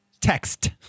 Text